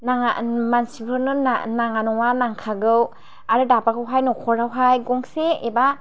नाङा मानसिफोरनो ना नाङा नङा नांखागौ आरो दाबाखौहाय नखरावहाय गंसे एबा